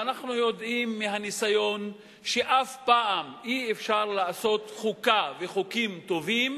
ואנחנו יודעים מהניסיון שאף פעם אי-אפשר לעשות חוקה וחוקים טובים,